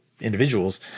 individuals